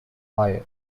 fire